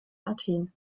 athen